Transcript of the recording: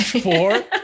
four